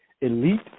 Elite